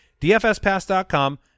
dfspass.com